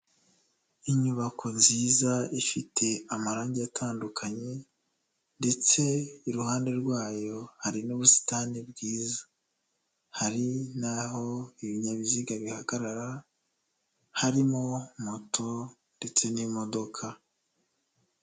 Inyubako nziza ifite amarangi atandukanye ndetse iruhande rwayo hari n'ubusitani bwiza, hari n'aho ibinyabiziga bihagarara. Harimo moto ndetse n'imodoka.